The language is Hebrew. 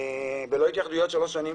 ולא התייחסו שלוש שנים.